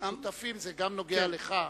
וזה גם נוגע לך.